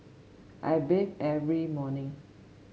I bathe every morning